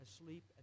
asleep